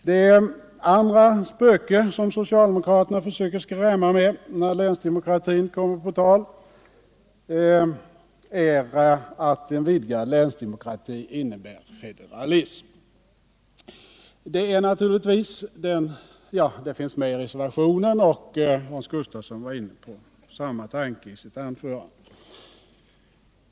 Det andra spöke som socialdemokraterna försöker skrämma med när länsdemokratin kommer på tal är att vidgad länsdemokrati innebär federalism — sådana tankegångar finns med i reservationen, och Hans Gustafsson var också inne på dem i sitt anförande.